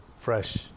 fresh